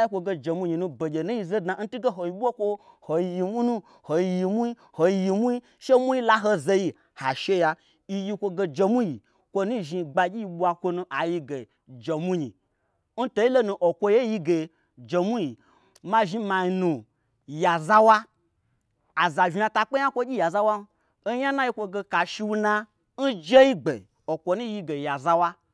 yi kwoge jemwunyi num begye nu n yize dna' ntun ge hoi bokwo hoi yi mwu nu hoi yi mwui hoi yi mwu she mwui laho zeyi ha sheya yi'yi kwoge jemwuiyi kwonu zhni gbagyii ɓwa kwo nu aiyige jemwunyi, nteilei nu okwo ye n yige jemwui yi. Ma zhni manu yazawa aza vnya takpe nya kwogyi yazawan, onya n na yi kwoge kashiu na n jei gbe o kwonu n yiyi ge yazawa